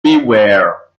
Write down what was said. beware